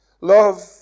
love